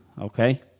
okay